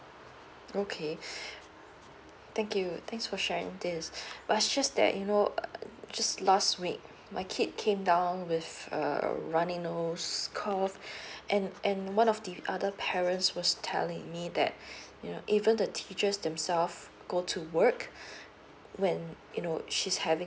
okay thank you thanks for sharing this but it's just that you know um just last week my kid came down with a a running noise cough and and one of the other parents was telling me that you know even the teachers themselves go to work when you know she's having